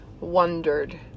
wondered